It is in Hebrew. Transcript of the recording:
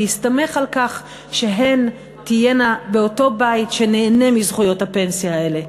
בהסתמך על כך שהן תהיינה באותו בית שנהנה מזכויות הפנסיה האלה.